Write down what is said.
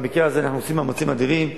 במקרה הזה אנחנו עושים מאמצים אדירים.